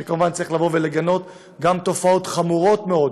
שכמובן צריך לבוא ולגנות גם תופעות חמורות מאוד